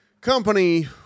company